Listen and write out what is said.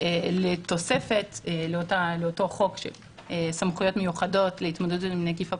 תוספת לאותו חוק של סמכויות מיוחדות להתמודדות עם נגיף הקורונה,